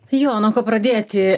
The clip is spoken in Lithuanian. jo nuo ko pradėti